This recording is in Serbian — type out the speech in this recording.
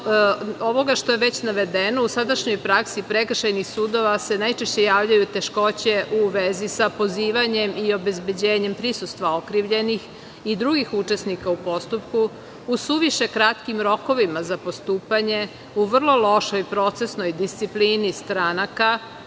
ovoga što je već navedeno, u sadašnjoj praksi prekršajnih sudova se najčešće javljaju teškoće u vezi sa pozivanjem i obezbeđenjem prisustva okrivljenih i drugih učesnika u postupku u suviše kratkim rokovima za postupanje u vrlo lošoj procesnoj disciplini stranaka,